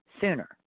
sooner